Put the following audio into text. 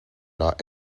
not